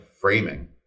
framing